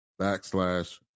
backslash